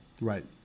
Right